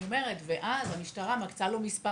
אני אומרת שאז המשטרה מקצה לו מספר